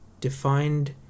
defined